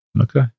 Okay